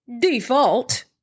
default